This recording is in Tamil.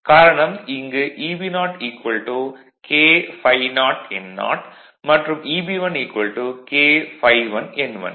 காரணம் இங்கு Eb0 K∅0n0 மற்றும் Eb1 K∅1n1